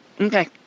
Okay